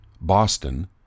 boston